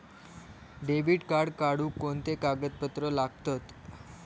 Debit card काढुक कोणते कागदपत्र लागतत?